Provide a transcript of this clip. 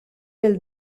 del